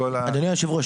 אדוני היושב-ראש,